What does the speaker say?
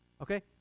okay